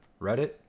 Reddit